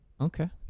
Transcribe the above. Okay